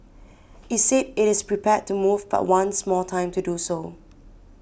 it said it is prepared to move but wants more time to do so